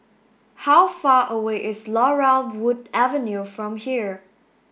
how far away is Laurel Wood Avenue from here